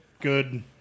good